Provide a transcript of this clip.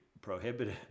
prohibited